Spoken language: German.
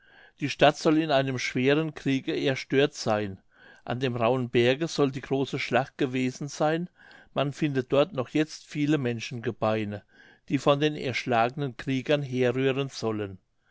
die stadt soll in einem schweren kriege erstört seyn an dem rauhen berge soll die große schlacht gewesen seyn man findet dort noch jetzt viele menschengebeine die von den erschlagenen kriegern herrühren sollen